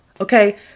Okay